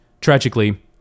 Tragically